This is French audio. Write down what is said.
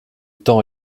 temps